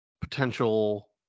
potential